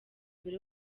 buri